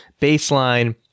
baseline